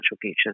future